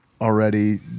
already